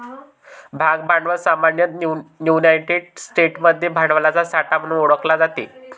भाग भांडवल सामान्यतः युनायटेड स्टेट्समध्ये भांडवलाचा साठा म्हणून ओळखले जाते